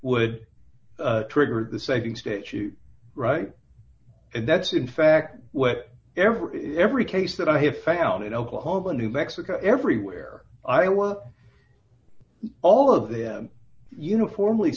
would trigger the saving state you write and that's in fact what every every case that i have found in oklahoma new mexico everywhere i work all of them uniformly